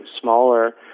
smaller